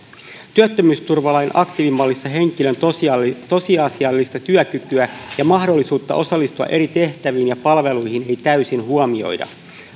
työttömyysturvalain aktiivimallissa henkilön tosiasiallista tosiasiallista työkykyä ja mahdollisuutta osallistua eri tehtäviin ja palveluihin ei täysin huomioida